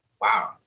Wow